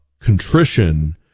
contrition